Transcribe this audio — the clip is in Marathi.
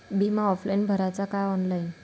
बिमा ऑफलाईन भराचा का ऑनलाईन?